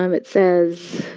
um it says,